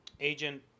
Agent